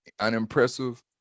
unimpressive